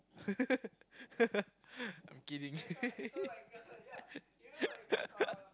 I'm kidding